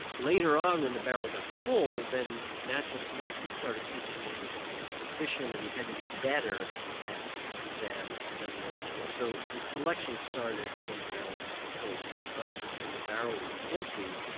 later on when the barrel got full, then natural selection started kicking in and there was competition and you had to be better at it than you were before, so so selection started when the barrel got full but when the barrel was empty,